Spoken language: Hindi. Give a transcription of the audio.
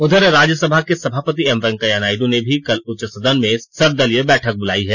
उधर राज्यसभा के सभापति एम वैंकेया नायडू ने भी कल उच्च सदन में सर्वदलीय बैठक बुलाई है